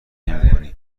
نمیکنی